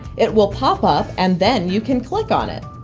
it will pop up and then you can click on it.